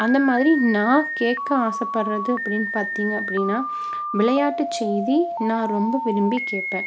அந்த மாதிரி நான் கேட்க ஆசைப்பட்றது அப்படின்னு பார்த்திங்க அப்படின்னா விளையாட்டு செய்தி நான் ரொம்ப விரும்பி கேட்பேன்